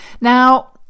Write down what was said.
Now